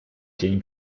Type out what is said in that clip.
dzień